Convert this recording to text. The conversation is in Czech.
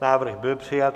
Návrh byl přijat.